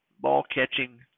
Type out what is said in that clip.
ball-catching